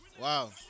Wow